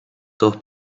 todos